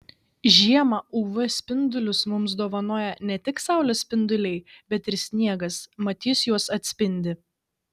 žiemą uv spindulius mums dovanoja ne tik saulės spinduliai bet ir sniegas mat jis juos atspindi